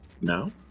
No